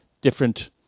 different